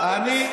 שקרים,